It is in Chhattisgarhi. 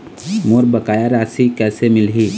मोर बकाया राशि कैसे मिलही?